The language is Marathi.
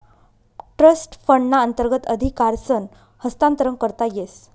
ट्रस्ट फंडना अंतर्गत अधिकारसनं हस्तांतरण करता येस